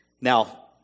Now